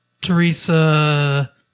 Teresa